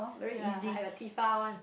ya I have a Tefal one